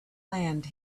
land